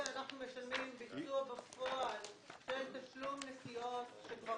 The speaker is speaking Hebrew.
אנחנו משלמים ביצוע בפועל של תשלום נסיעות שכבר